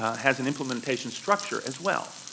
has an implementation structure as well.